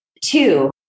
Two